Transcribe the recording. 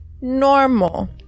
normal